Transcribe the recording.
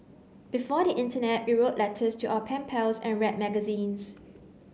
before the internet we wrote letters to our pen pals and read magazines